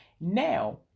Now